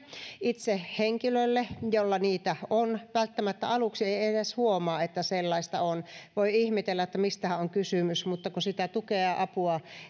itse henkilölle jolla niitä on välttämättä aluksi ei ei edes huomaa että sellaista on voi ihmetellä mistähän on kysymys mutta kun sitä tukea ja apua